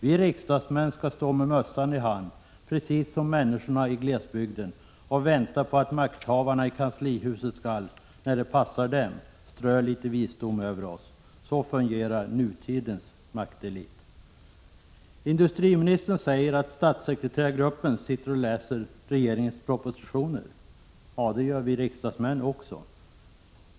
Vi riksdagsmän skall stå med mössan i hand precis som människorna i glesbygden och vänta på att makthavarna i kanslihuset när det passar dem skall strö litet visdom över oss. Så fungerar nutidens maktelit. Industriministern säger att statssekreterargruppen sitter och läser regeringens propositioner. Ja, det gör ju riksdagsmän också.